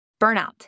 burnout